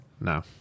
No